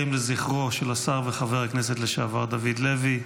לזכרו של השר וחבר הכנסת לשעבר דוד לוי,